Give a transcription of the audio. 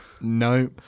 No